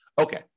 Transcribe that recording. Okay